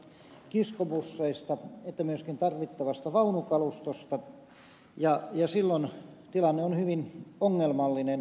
sekä veturikalustosta kiskobusseista että myöskin tarvittavasta vaunukalustosta ja silloin tilanne on hyvin ongelmallinen